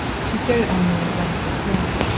she stared at henri in blank dismay.